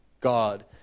God